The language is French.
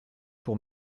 pour